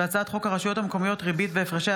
הצעת חוק הרשויות המקומיות (ריבית והפרשי